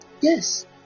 yes